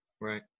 Right